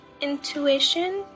intuition